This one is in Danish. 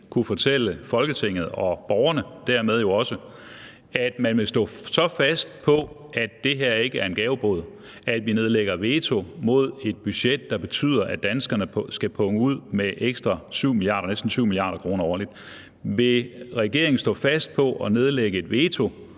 kunne fortælle Folketinget og dermed også borgerne, at man vil stå så fast på, at det her ikke er en gavebod, at vi nedlægger veto mod et budget, der betyder, at danskerne skal punge ud med ekstra næsten 7 mia. kr. årligt. Vil regeringen stå fast på at nedlægge et veto